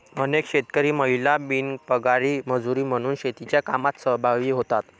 अनेक शेतकरी महिला बिनपगारी मजुरी म्हणून शेतीच्या कामात सहभागी होतात